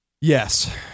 Yes